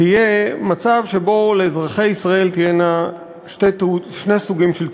תהיה מצב שבו לאזרחי ישראל יהיו שני סוגים של תעודות: